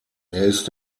ist